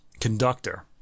conductor